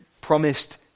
promised